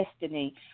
destiny